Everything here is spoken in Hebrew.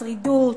שרידות.